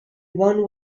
one